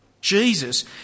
Jesus